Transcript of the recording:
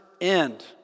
end